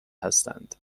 هستند